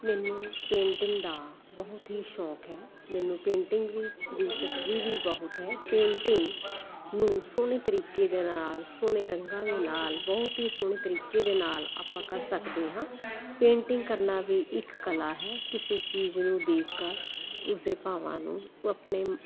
ਮੈਨੂੰ ਪੇਂਟਿੰਗ ਦਾ ਬਹੁਤ ਹੀ ਸ਼ੌਕ ਹੈ ਮੈਨੂੰ ਪੇਂਟਿੰਗ ਵਿੱਚ ਦਿਲਚਸਪੀ ਵੀ ਬਹੁਤ ਹੈ ਪੇਂਟਿੰਗ ਨੂੰ ਸੋਹਣੇ ਤਰੀਕੇ ਦੇ ਨਾਲ ਸੋਹਣੇ ਰੰਗਾਂ ਦੇ ਨਾਲ ਬਹੁਤ ਹੀ ਸੋਹਣੇ ਤਰੀਕੇ ਦੇ ਨਾਲ ਆਪਾਂ ਕਰ ਸਕਦੇ ਹਾਂ ਪੇਂਟਿੰਗ ਕਰਨਾ ਵੀ ਇੱਕ ਕਲਾ ਹੈ ਕਿਸੇ ਚੀਜ਼ ਨੂੰ ਦੇਖ ਕਰ ਉਸ ਭਾਵਾਂ ਨੂੰ ਉਹ ਆਪਣੇ